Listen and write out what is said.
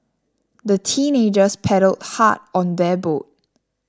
the teenagers paddled hard on their boat